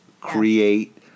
create